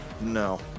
no